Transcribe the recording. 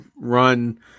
run